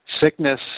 sickness